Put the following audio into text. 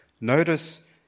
notice